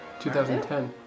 2010